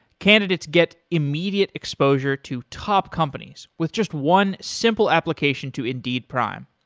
candidates get immediate exposure to top companies with just one simple application to indeed prime.